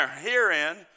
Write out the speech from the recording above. herein